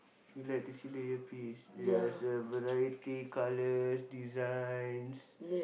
you like to see the earpiece ya it's a variety colours designs